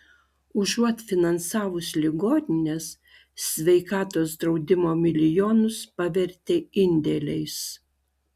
užuot finansavusi ligonines sveikatos draudimo milijonus pavertė indėliais